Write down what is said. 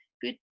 good